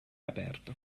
aperto